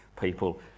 people